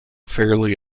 fairly